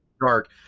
dark